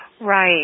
Right